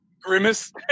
Grimace